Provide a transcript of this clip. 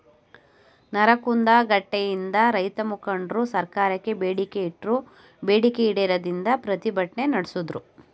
ನರಗುಂದ ಘಟ್ನೆಯಿಂದ ರೈತಮುಖಂಡ್ರು ಸರ್ಕಾರಕ್ಕೆ ಬೇಡಿಕೆ ಇಟ್ರು ಬೇಡಿಕೆ ಈಡೇರದಿಂದ ಪ್ರತಿಭಟ್ನೆ ನಡ್ಸುದ್ರು